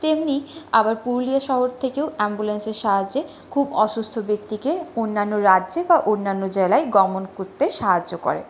তেমনি আবার পুরুলিয়া শহর থেকেও অ্যাম্বুলেন্সের সাহায্যে খুব অসুস্থ ব্যক্তিকে অন্যান্য রাজ্যে বা অন্যান্য জেলায় গমন করতে সাহায্য করে